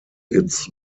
its